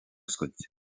oscailt